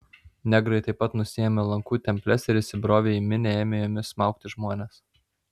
negrai taip pat nusiėmė lankų temples ir įsibrovę į minią ėmė jomis smaugti žmones